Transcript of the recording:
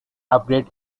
upgrade